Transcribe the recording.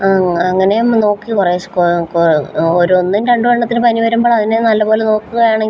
അങ്ങനെ നോക്കി കുറേശ്ശെ ഓരോ ഒന്ന് രണ്ടും എണ്ണത്തിനു പനി വരുമ്പോൾ അതിനെ നല്ലപോലെ നോക്കുകയാണെങ്കില്